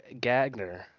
Gagner